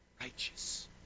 righteous